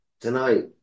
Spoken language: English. tonight